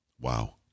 wow